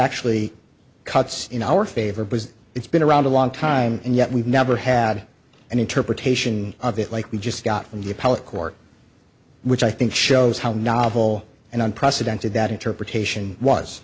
actually cuts in our favor because it's been around a long time and yet we've never had an interpretation of it like we just got from the appellate court which i think shows how novel and unprecedented that interpretation was